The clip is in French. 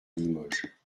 limoges